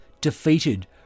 defeated